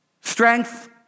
strength